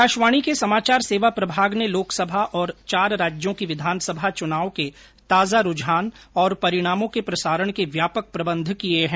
आकाशवाणी के समाचार सेवा प्रभाग ने लोकसभा और चार राज्यों की विधानसभा चुनाव के ताजा रूझान और परिणामों के प्रसारण के व्यापक प्रबंध किए हैं